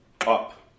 up